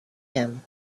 him